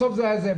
בסוף זה היה זאב.